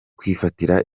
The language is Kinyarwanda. kwifatira